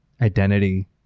identity